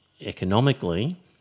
economically